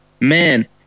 man